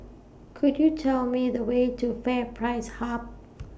Could YOU Tell Me The Way to FairPrice Hub